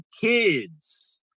kids